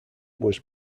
was